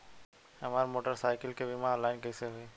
हमार मोटर साईकीलके बीमा ऑनलाइन कैसे होई?